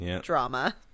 drama